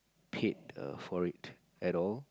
paid err for it at all